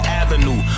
avenue